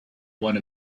one